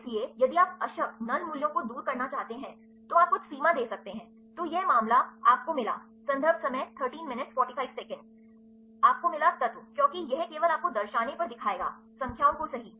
इसलिए यदि आप अशक्त मूल्यों को दूर करना चाहते हैं तो आप कुछ सीमा दे सकते हैं तो यह मामलाvआपको मिला संदर्भ समय 1345 तत्व क्योंकि यह केवल आपकोदर्शाने पर दिखाएगा संख्याओं को सही